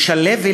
לשלב,